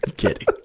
kidding.